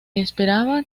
esperaba